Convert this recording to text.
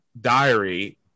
diary